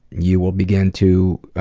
you will begin to